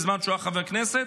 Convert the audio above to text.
בזמן שהוא היה חבר כנסת.